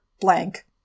blank